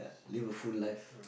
live a full live